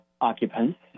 occupants